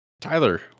Tyler